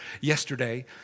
yesterday